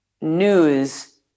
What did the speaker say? news